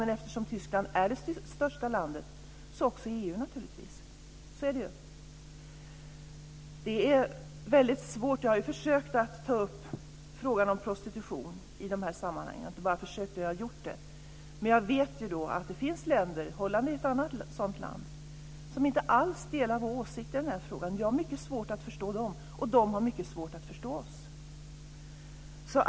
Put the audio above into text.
Men eftersom Tyskland är det största landet också i EU så är det väldigt svårt. Jag har tagit upp frågan om prostitution i dessa sammanhang. Men jag vet att det finns länder - Holland är ett sådant land - som inte alls delar vår åsikt i denna fråga. Jag har mycket svårt att förstå dem, och de har mycket svårt att förstå oss.